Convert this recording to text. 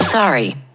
Sorry